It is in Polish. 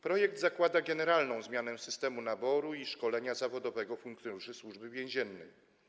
Projekt zakłada generalną zmianę systemu naboru i szkolenia zawodowego funkcjonariuszy Służby Więziennej.